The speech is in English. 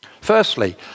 Firstly